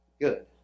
good